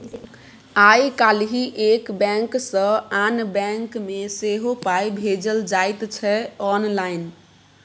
आय काल्हि एक बैंक सँ आन बैंक मे सेहो पाय भेजल जाइत छै आँनलाइन